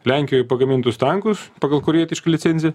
lenkijoj pagamintus tankus pagal korėjietišką licenziją